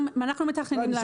אנחנו מתכננים להרחיב.